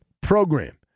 program